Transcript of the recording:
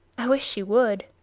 i wish she would.